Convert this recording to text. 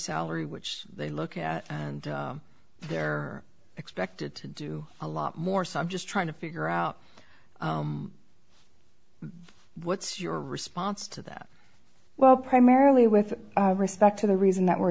salary which they look at and they're expected to do a lot more some just trying to figure out what's your response to that well primarily with respect to the reason that we're